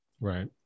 Right